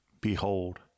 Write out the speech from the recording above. Behold